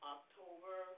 October